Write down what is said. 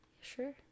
Sure